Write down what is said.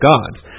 God's